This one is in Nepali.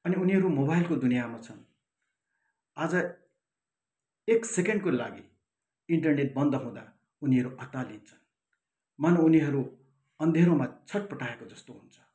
अनि उनीहरू मोबाइलको दुनियाँमा छन् आज एक सेकेन्डको लागि इन्टर्नेट बन्द हुँदा उनीहरू अत्तालिन्छन् मानौँ उनीहरू अँध्यारोमा छट्पटाएको जस्तो हुन्छ